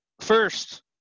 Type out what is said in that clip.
first